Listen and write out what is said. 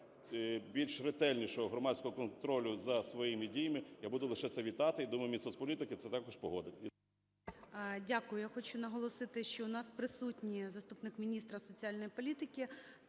більш ретельнішого громадського контролю за своїми діями, я буду лише це вітати. І думаю, Мінсоцполітики це також погодить.